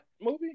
movie